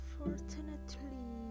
Unfortunately